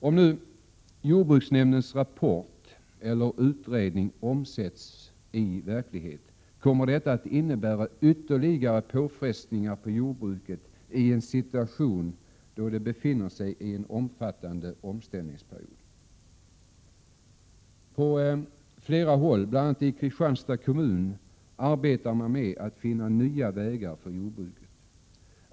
Om nu jordbruksnämndens rapport eller utredning omsätts i verklighet kommer detta att innebära ytterligare påfrestningar på jordbruket, i en situation då det pågår en omfattande omställning. På flera håll, bl.a. i Kristianstads kommun, arbetar man med att finna nya vägar för jordbruket.